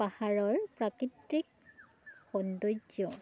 পাহাৰৰ প্ৰাকৃতিক সৌন্দৰ্য